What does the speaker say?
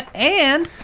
and.